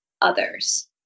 others